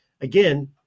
again